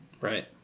right